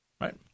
right